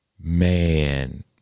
man